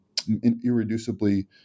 irreducibly